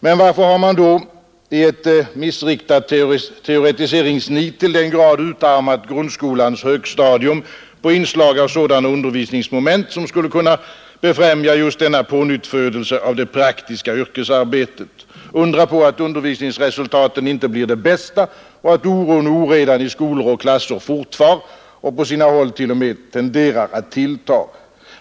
Men varför har man då i missriktat teoretiseringsnit till den grad utarmat grundskolans högstadium på inslag av sådana undervisningsmoment som skulle kunna befrämja just denna pånyttfödelse av det praktiska yrkesarbetet? Undra på att undervisningsresultaten inte blir de bästa och att oron och oredan i skolor och klasser fortfar och på sina håll t.o.m. tenderar att tillta.